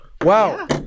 wow